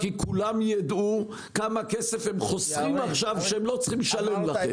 כי כולם יידעו כמה כסף הם חוסכים עכשיו שהם לא צריכים לשלם לכם.